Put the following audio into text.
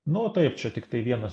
nu taip čia tiktai vienas